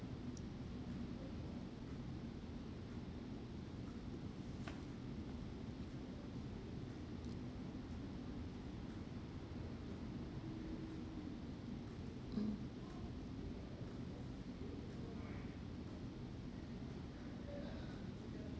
mm